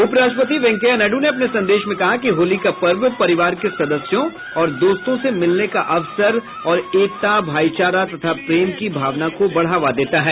उपराष्ट्रपति वेंकैया नायडू ने अपने संदेश में कहा कि होली का पर्व परिवार के सदस्यों और दोस्तों से मिलने का अवसर और एकता भाईचारा तथा प्रेम की भावना को बढ़ावा देता है